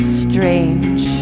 strange